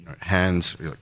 hands